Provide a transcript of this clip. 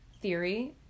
theory